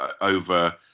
over